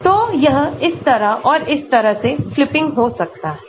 तो यह इस तरह और इस तरह से फ़्लिपिंग हो सकता है